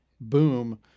boom